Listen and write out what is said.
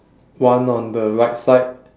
one on the right side